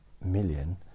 million